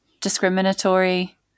discriminatory